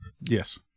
Yes